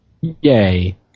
Yay